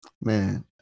Man